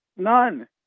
None